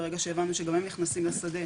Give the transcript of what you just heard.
ברגע שהבנו שגם הם נכנסים לשדה,